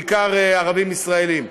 בעיקר ערבים ישראלים.